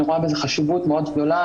אני רואה בזה חשיבות מאוד גדולה,